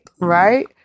right